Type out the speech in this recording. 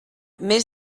mes